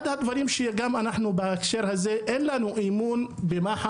אחד הדברים בהקשר הזה הוא שאין לנו אמון במח"ש